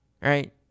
right